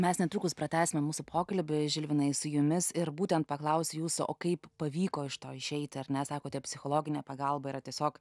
mes netrukus pratęsime mūsų pokalbyje žilvinai su jumis ir būtent paklausė jūsų o kaip pavyko iš to išeiti ar nesakote psichologine pagalba yra tiesiog